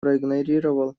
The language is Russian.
проигнорировал